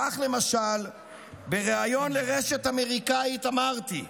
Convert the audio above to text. כך למשל בריאיון לרשת אמריקאית אמרתי: